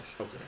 Okay